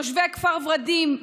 תושבי כפר ורדים,